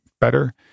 better